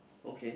okay